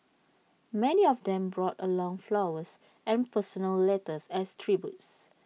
many of them brought along flowers and personal letters as tributes